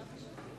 מצביע יעקב ליצמן,